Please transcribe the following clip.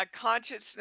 consciousness